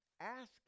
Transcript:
Ask